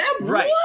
Right